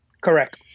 Correct